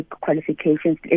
qualifications